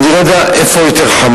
אני לא יודע איפה הוא יותר חמור,